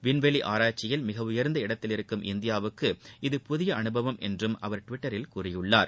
விண்வெளி ஆராய்ச்சியில் மிக உயர்ந்த இடத்தில் இருக்கும் இந்தியாவுக்கு இது புதிய அனுபவம் என்றும் அவர் டுவிட்டரில் கூறியிருக்கிறார்